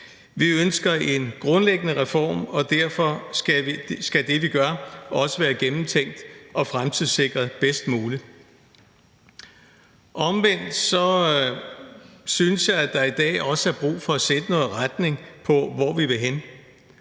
Vi ønsker en grundlæggende reform, og derfor skal det, vi gør, også være gennemtænkt og fremtidssikret bedst muligt. Omvendt synes jeg, at der i dag også er brug for at sætte noget retning på, hvor vi vil hen.